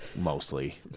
Mostly